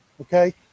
Okay